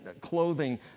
clothing